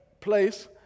place